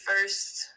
first